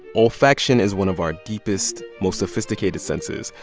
olfaction is one of our deepest, most sophisticated senses.